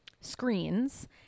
screens